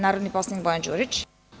Narodni poslanik Bojan Đurić.